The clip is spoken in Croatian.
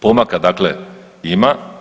Pomaka, dakle, ima.